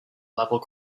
level